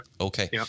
Okay